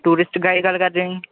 tourist guide ਗੱਲ ਕਰਦੇ ਹੋ ਜੀ